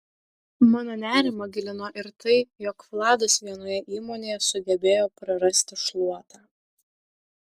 mano nerimą gilino ir tai jog vladas vienoje įmonėje sugebėjo prarasti šluotą